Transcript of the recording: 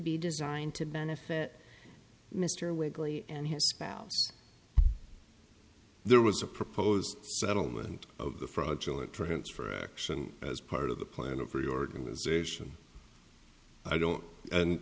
be designed to benefit mr wigley and his spouse there was a proposed settlement of the fraudulent transfer action as part of the plan of reorganization i don't and